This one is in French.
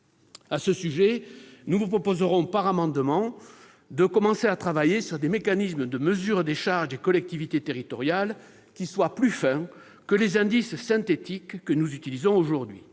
À ce sujet, nous vous proposerons par amendement de commencer à travailler sur des mécanismes de mesure des charges des collectivités territoriales qui soient plus fins que les « indices synthétiques » que nous utilisons aujourd'hui.